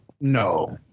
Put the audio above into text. no